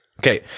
Okay